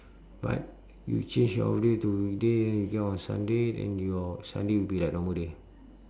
but you change your offday to weekday you get off on sunday then your sunday will be like normal day